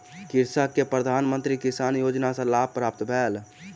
कृषक के प्रधान मंत्री किसान योजना सॅ लाभ प्राप्त भेल